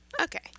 Okay